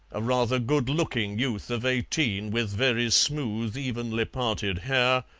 a rather good-looking youth of eighteen with very smooth, evenly parted hair,